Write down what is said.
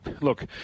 Look